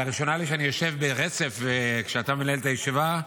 לראשונה לי שאני יושב ברצף כשאתה מנהל את הישיבה.